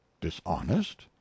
Dishonest